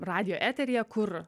radijo eteryje kur